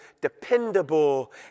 dependable